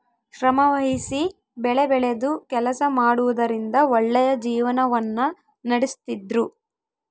ಶ್ರಮವಹಿಸಿ ಬೆಳೆಬೆಳೆದು ಕೆಲಸ ಮಾಡುವುದರಿಂದ ಒಳ್ಳೆಯ ಜೀವನವನ್ನ ನಡಿಸ್ತಿದ್ರು